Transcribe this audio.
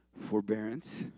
forbearance